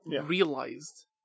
realized